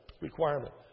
requirement